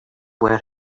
where